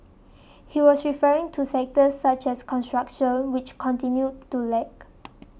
he was referring to sectors such as construction which continued to lag